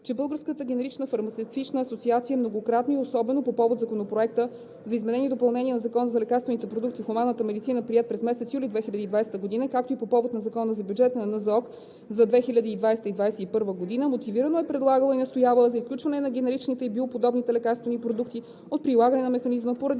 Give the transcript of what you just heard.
че Българската генерична фармацевтична асоциация многократно и особено по повод Законопроекта за изменение и допълнение на Закона за лекарствените продукти в хуманната медицина, приет през месец юли 2020 г., както и по повод на Закона за бюджета на Националната здравноосигурителна каса за 2020-а и 2021 г., мотивирано е предлагала и настоявала за изключване на генеричните и биоподобните лекарствени продукти от прилагане на механизма, поради